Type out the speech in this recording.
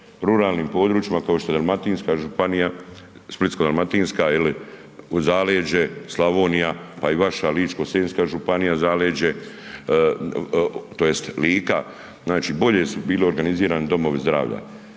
ruralnim područjima kao što je Dalmatinska županija, Splitsko-dalmatinska jeli, zaleđe, Slavonija, pa i vaša Ličko-senjska županija zaleđe tj. Lika, znači bolje su bili organizirani domovi zdravlja.